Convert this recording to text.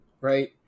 right